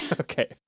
Okay